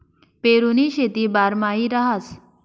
पेरुनी शेती बारमाही रहास